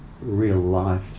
real-life